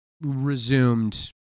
resumed